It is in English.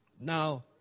Now